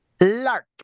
Lark